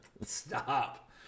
Stop